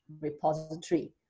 repository